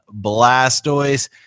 Blastoise